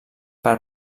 per